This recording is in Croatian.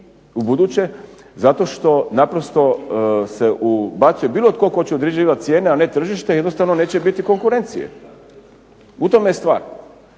u buduće zato što naprosto se ubacuje bilo tko će određivati cijene, a ne tržište i jednostavno neće biti konkurencije. U tome je stvar.